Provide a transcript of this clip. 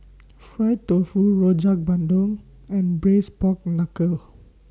Fried Tofu Rojak Bandung and Braised Pork Knuckle